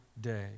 day